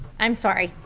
i'm sorry,